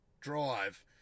drive